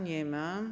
Nie ma.